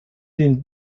den